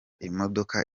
imodoka